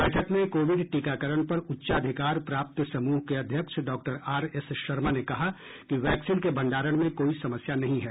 बैठक में कोविड टीकाकरण पर उच्चाधिकार प्राप्त समूह के अध्यक्ष डॉक्टर आर एस शर्मा ने कहा कि वैक्सीन के भंडारण में कोई समस्या नहीं है